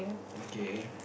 K